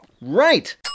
Right